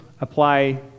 apply